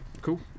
Cool